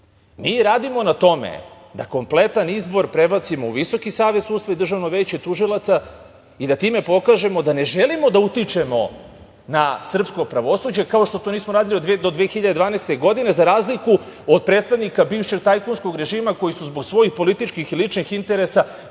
radimo na tome da kompletan izbor prebacimo u Visoki savet sudstva i Državno veće tužilaca i da time pokažemo da ne želimo da utičemo na srpsko pravosuđe, kao što to nismo radili do 2012. godine, za razliku od predstavnika bivšeg tajkunskog režima, koji su zbog svojih političkih i ličnih interesa